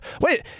wait